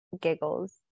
giggles